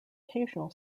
occasional